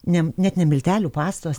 ne net ne miltelių pastos